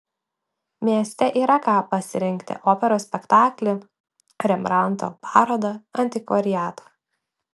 mieste yra ką pasirinkti operos spektaklį rembrandto parodą antikvariatą